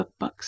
cookbooks